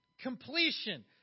completion